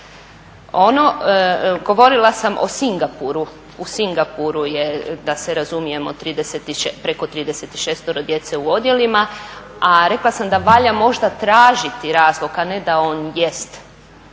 Govorila sam o Singapuru, u Singapuru je da se razumijemo preko 36 djece u odjelima, a rekla sam da valja možda tražiti razlog, a ne da on jest